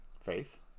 Faith